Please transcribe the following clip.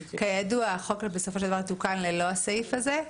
כידוע, החוק בסופו של דבר תוקן ללא הסעיף הזה.